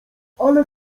ale